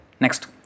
Next